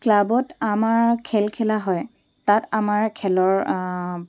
ক্লাবত আমাৰ খেল খেলা হয় তাত আমাৰ খেলৰ